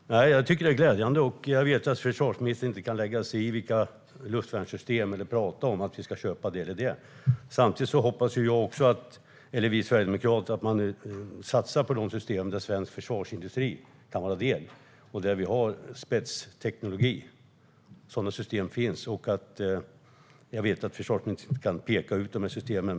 Herr talman! Jag tycker att det är glädjande. Jag vet att försvarsministern inte kan prata om vilka luftvärnssystem som vi ska köpa. Samtidigt hoppas vi sverigedemokrater att man satsar på de system där svensk försvarsindustri kan vara en del och där vi har spetsteknologi - sådana system finns. Jag vet att försvarsministern inte kan peka ut de systemen.